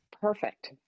perfect